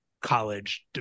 college